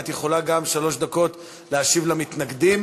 גם את יכולה שלוש דקות להשיב למתנגדים,